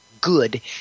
good